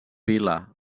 vila